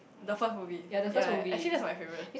the first movie ya actually that is my favourite